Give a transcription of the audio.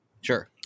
Sure